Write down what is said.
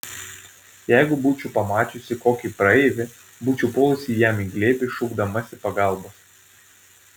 jeigu būčiau pamačiusi kokį praeivį būčiau puolusi jam į glėbį šaukdamasi pagalbos